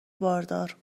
باردار